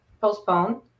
postpone